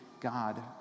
God